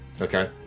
Okay